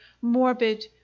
morbid